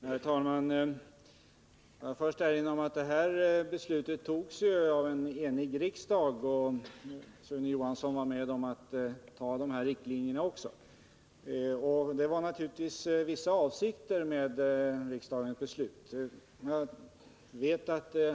Herr talman! Jag vill först erinra om att beslutet i denna fråga fattades av en enig riksdag och att alltså även Sune Johansson var med om att anta dessa riktlinjer. Det var naturligtvis vissa avsikter bakom riksdagens beslut.